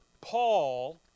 Paul